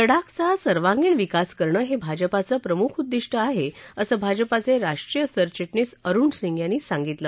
लडाखचा सर्वांगिण विकास करणं हे भाजपाचं प्रमुख उद्दिष्ट आहे असं भाजपाचे राष्ट्रीय सरचिटणीस अरुण सिंह यांनी सांगितलं